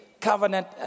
covenant